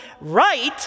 right